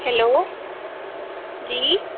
hello जी